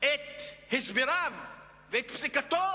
את הסבריו ואת פסיקתו